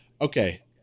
Okay